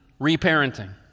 reparenting